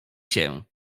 się